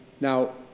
Now